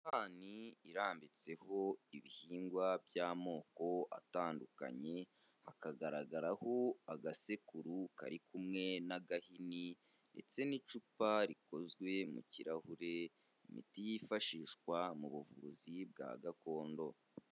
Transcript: Isahani irambitseho ibihingwa by'amoko atandukanye, hakagaragaraho agasekuru kari kumwe n'agahini ndetse n'icupa rikozwe mu kirahure, imiti yifashishwa mu buvuzi bwa gakondo.